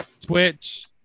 Twitch